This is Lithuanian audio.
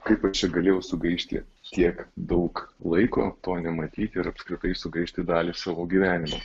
kaip galėjau sugaišti tiek daug laiko to nematyti ir apskritai sugaišti dalį savo gyvenimo